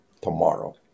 tomorrow